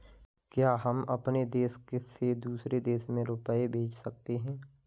क्या हम अपने देश से दूसरे देश में रुपये भेज सकते हैं?